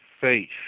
faith